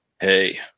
hey